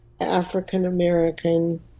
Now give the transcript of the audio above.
African-American